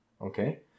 Okay